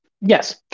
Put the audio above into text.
Yes